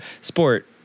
sport